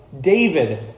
David